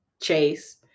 chase